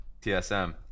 TSM